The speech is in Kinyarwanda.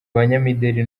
abanyamideli